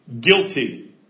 Guilty